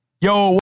Yo